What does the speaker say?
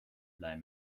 blei